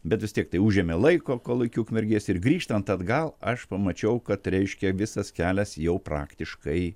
bet vis tiek tai užėmė laiko kol iki ukmergės ir grįžtant atgal aš pamačiau kad reiškia visas kelias jau praktiškai